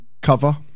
cover